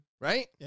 right